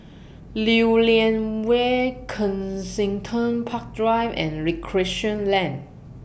Lew Lian Vale Kensington Park Drive and Recreation Lane